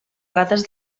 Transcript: rates